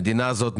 המדינה הזאת,